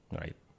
right